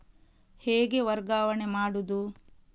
ಹೇಗೆ ವರ್ಗಾವಣೆ ಮಾಡುದು?